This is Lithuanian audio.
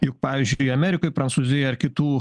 juk pavyzdžiui amerikoj prancūzijoj ar kitų